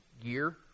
year